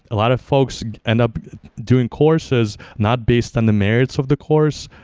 a lot of folks end up doing courses not based on the merits of the course,